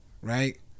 right